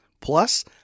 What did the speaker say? Plus